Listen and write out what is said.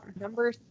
Number